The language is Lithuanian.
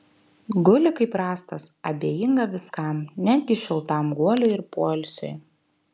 guli kaip rąstas abejinga viskam netgi šiltam guoliui ir poilsiui